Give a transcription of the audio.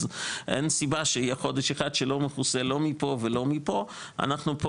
אז אין סיבה שחודש אחד שלא מכוסה לא מפה ולא מפה אנחנו פה